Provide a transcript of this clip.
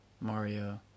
Mario